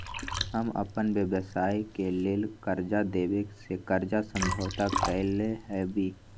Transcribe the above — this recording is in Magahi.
हम अप्पन व्यवसाय के लेल कर्जा देबे से कर्जा समझौता कलियइ हबे